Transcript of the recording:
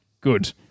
Good